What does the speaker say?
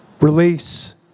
release